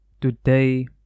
today